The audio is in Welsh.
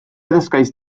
ddysgaist